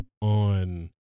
on